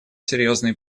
серьезные